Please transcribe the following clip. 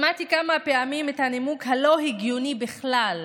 שמעתי כמה פעמים את הנימוק, הלא-הגיוני בכלל,